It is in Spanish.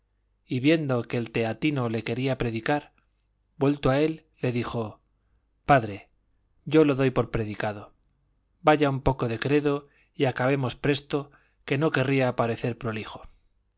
y viendo que el teatino le quería predicar vuelto a él le dijo padre yo lo doy por predicado vaya un poco de credo y acabemos presto que no querría parecer prolijo